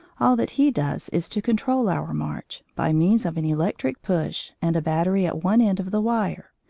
all that he does is to control our march, by means of an electric push and a battery at one end of the wire,